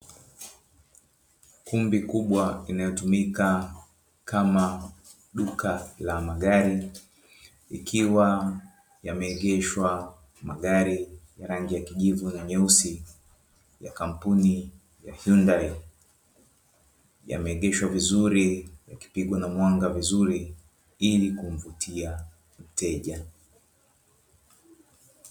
Kumbi kubwa inayotumika kama duka la magari, ikiwa yameegeshwa magari ya rangi ya kijivu na nyeusi ya kampuni ya yundari, yameegeshwa vizuri yakipigwa na mwanga vizuri ili kumvutia mteja.